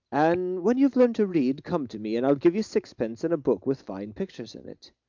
and when you have learned to read, come to me, and i'll give you sixpence and a book with fine pictures in it.